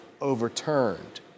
overturned